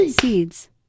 seeds